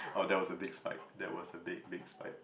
oh that was a big spike that was a big big spike